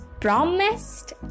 promised